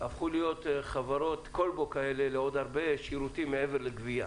הפכו להיות חברות כל-בו לכל מיני שירותים מעבר לגבייה.